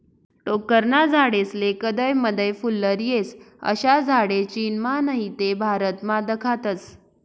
टोक्करना झाडेस्ले कदय मदय फुल्लर येस, अशा झाडे चीनमा नही ते भारतमा दखातस